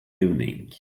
evening